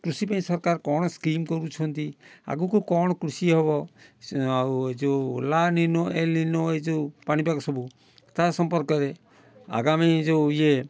କୃଷି ପାଇଁ ସରକାର କ'ଣ ସ୍କିମ୍ କରୁଛନ୍ତି ଆଗକୁ କ'ଣ କୃଷି ହେବ ସ ଆଉ ଯେଉଁ ଓଲାନିନୋ ଏଲିନୋ ଏ ଯେଉଁ ପାଣିପାଗ ସବୁ ତା ସମ୍ପର୍କରେ ଆଗାମୀ ଯେଉଁ ଇଏ